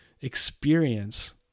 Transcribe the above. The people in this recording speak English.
experience